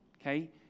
Okay